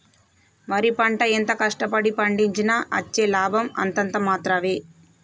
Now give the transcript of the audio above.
వరి పంట ఎంత కష్ట పడి పండించినా అచ్చే లాభం అంతంత మాత్రవే